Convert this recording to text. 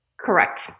Correct